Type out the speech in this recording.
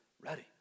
ready